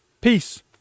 Peace